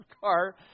car